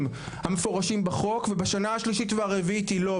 המפורשים בחוק ובשנה השלישית והרביעית היא לא,